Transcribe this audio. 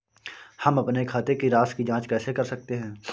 हम अपने खाते की राशि की जाँच कैसे कर सकते हैं?